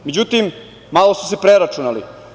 Međutim, malo su se preračunali.